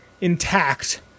intact